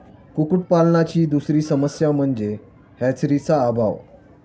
कुक्कुटपालनाची दुसरी समस्या म्हणजे हॅचरीचा अभाव